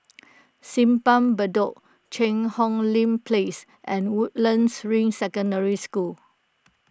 Simpang Bedok Cheang Hong Lim Place and Woodlands Ring Secondary School